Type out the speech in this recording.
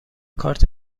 کارت